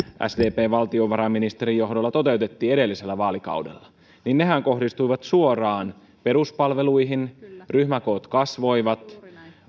sdpn valtiovarainministerin johdolla toteutettiin edellisellä vaalikaudella niin nehän kohdistuivat suoraan peruspalveluihin ryhmäkoot kasvoivat